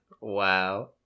Wow